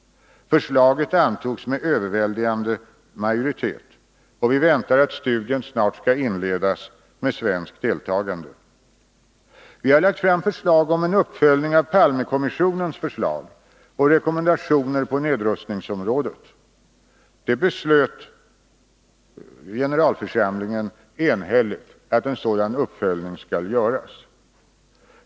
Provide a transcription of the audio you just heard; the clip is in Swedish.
Förslaget antogs med överväldigande majoritet. Vi väntar att studien snart skall inledas, med svenskt deltagande. Vi har lagt fram förslag om en uppföljning av Palmekommissionens förslag och rekommendationer på nedrustningsområdet. Generalförsamlingen beslöt enhälligt att en sådan uppföljning skall göras.